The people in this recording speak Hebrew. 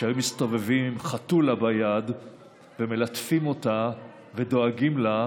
שהיו מסתובבים עם חתולה ביד ומלטפים אותה ודואגים לה,